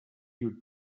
your